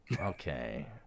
okay